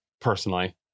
personally